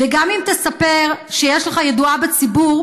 וגם אם תספר שיש לך ידועה בציבור,